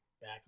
back